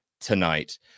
tonight